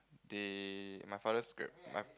they my father's grand my